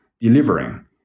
delivering